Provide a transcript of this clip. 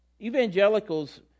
evangelicals